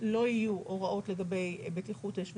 לא יהיו הוראות לגבי בטיחות אש.